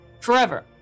forever